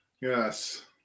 Yes